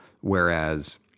Whereas